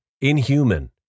inhuman